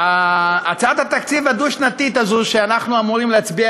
הצעת התקציב הדו-שנתי הזו שאנחנו אמורים להצביע